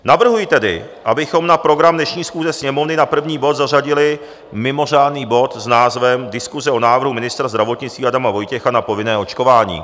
Navrhuji tedy, bychom na program dnešní schůze Sněmovny na první bod zařadili mimořádný bod s názvem Diskuse o návrhu ministra zdravotnictví Adama Vojtěcha na povinné očkování.